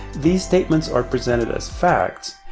these statements are presented as facts,